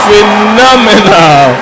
Phenomenal